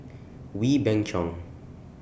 Wee Beng Chong